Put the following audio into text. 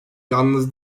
yalnız